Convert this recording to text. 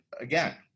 again